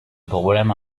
problème